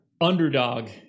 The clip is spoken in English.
underdog